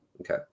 Okay